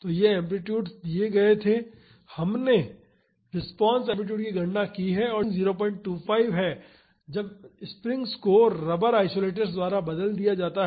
तो ये एम्पलीटुडस दिए गए थे और हमने रिस्पांस एम्पलीटूड की गणना की है जब डेम्पिंग 025 है जब स्प्रिंग्स को रबर आइसोलेटर्स द्वारा बदल दिया जाता है